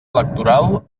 electoral